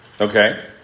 Okay